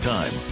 Time